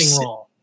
role